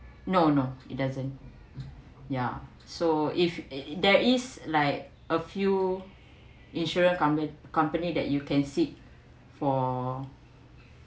no no it doesn't ya so if it there is like a few insurance company company that you can seek for